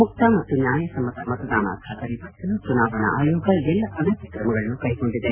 ಮುಕ್ತ ಮತ್ತು ನ್ಲಾಯಸಮ್ತ ಮತದಾನ ಬಾತರಿಪಡಿಸಲು ಚುನಾವಣಾ ಆಯೋಗ ಎಲ್ಲಾ ಅಗತ್ಯ ಕ್ರಮಗಳನ್ನು ಕೈಗೊಂಡಿದೆ